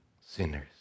sinners